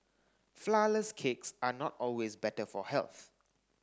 flour less cakes are not always better for health